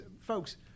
folks